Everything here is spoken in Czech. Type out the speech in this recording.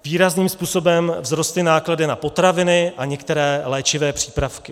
Výrazným způsobem vzrostly náklady na potraviny a některé léčivé přípravky.